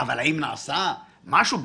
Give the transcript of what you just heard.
האם נעשה כלפי האיש משהו?